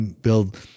build